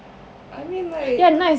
I mean like